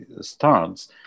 starts